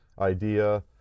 idea